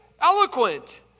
eloquent